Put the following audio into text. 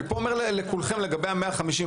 אני אומר לכולכם לגבי ה-150,